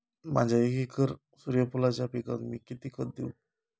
माझ्या एक एकर सूर्यफुलाच्या पिकाक मी किती खत देवू?